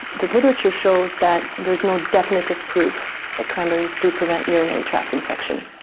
the literature shows that there is no definitive proof that cranberries do prevent urinary tract infection.